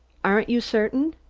aren't you certain?